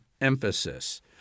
emphasis